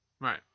right